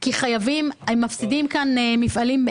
כי הם מפסידים כאן מפעלים,